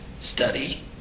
study